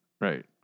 Right